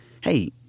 hey